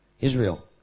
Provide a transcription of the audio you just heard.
Israel